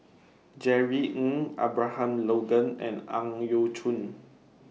Jerry Ng Abraham Logan and Ang Yau Choon